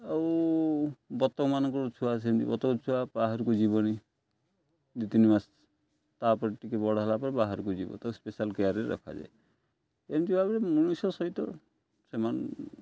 ଆଉ ବତକମାନଙ୍କର ଛୁଆ ସେମିତି ବତକ ଛୁଆ ବାହାରକୁ ଯିବନି ଦୁଇ ତିନି ମାସ ତା'ପରେ ଟିକିଏ ବଡ଼ ହେଲା ପରେ ବାହାରକୁ ଯିବ ତ ସ୍ପେଶାଲ୍ କେୟାର୍ରେ ରଖାଯାଏ ଏମିତି ଭାବରେ ମଣିଷ ସହିତ ସେମାନେ